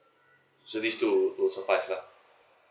so this two rules applies lah